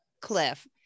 Cliff